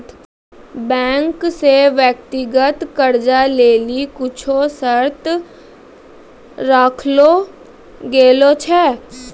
bank से व्यक्तिगत कर्जा लेली कुछु शर्त राखलो गेलो छै